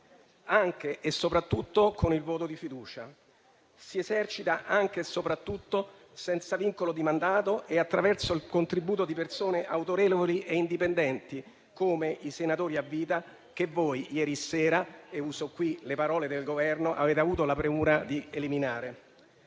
anche e soprattutto con il voto di fiducia, anche e soprattutto senza vincolo di mandato e attraverso il contributo di persone autorevoli e indipendenti, come i senatori a vita che voi ieri sera - e uso le parole del Governo - avete avuto la premura di eliminare.